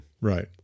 Right